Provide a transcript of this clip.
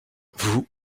vous